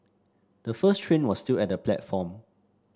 the first train was still at the platform